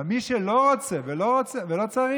אבל מי שלא רוצה, לא צריך.